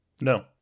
No